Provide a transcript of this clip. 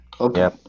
Okay